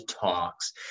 Talks